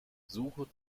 suche